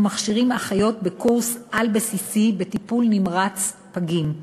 מכשירים אחיות בקורס על-בסיסי בטיפול נמרץ פגים.